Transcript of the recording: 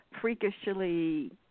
freakishly